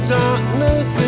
darkness